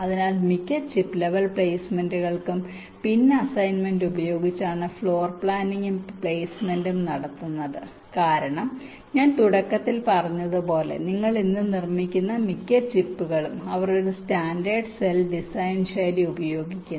അതിനാൽ മിക്ക chip level പ്ലെയ്സ്മെന്റുകൾക്കും പിൻ അസൈൻമെന്റ് ഉപയോഗിച്ചാണ് ഫ്ലോർ പ്ലാനിംഗും പ്ലെയ്സ്മെന്റും നടത്തുന്നത് കാരണം ഞാൻ തുടക്കത്തിൽ പറഞ്ഞതുപോലെ നിങ്ങൾ ഇന്ന് നിർമ്മിക്കുന്ന മിക്ക ചിപ്പുകളും അവർ ഈ സ്റ്റാൻഡേർഡ് സെൽ ഡിസൈൻ ശൈലി ഉപയോഗിക്കുന്നു